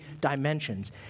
dimensions